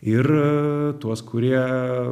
ir tuos kurie